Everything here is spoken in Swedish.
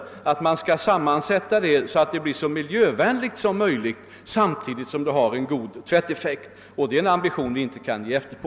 Tvättmedlen skall sammansättas så att de blir så miljövänliga som möjligt, samtidigt som de har god tvätteffekt. Det är en ambition som vi inte kan ge efter på.